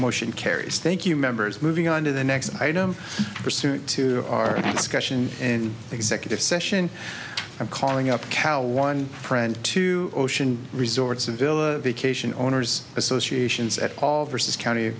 motion carries thank you members moving on to the next item pursuant to our next question and executive session i'm calling up cow one friend to ocean resorts and villa vacation owners associations at all versus county